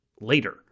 later